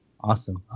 Awesome